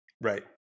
Right